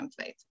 template